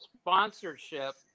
sponsorship